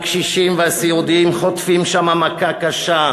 הקשישים והסיעודיים חוטפים שם מכה קשה,